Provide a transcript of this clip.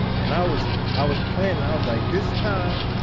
and i was, i was planning, and i was like, this time,